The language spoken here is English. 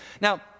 Now